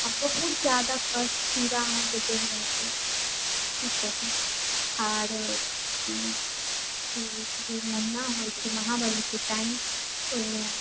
आ बहुत ज्यादा कष्ट पीड़ा ई अहाँके देहमे देत की कहु आर ई जे महीना होइ छै महावारीके टाइम ओहिमे